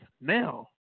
now